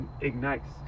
ignites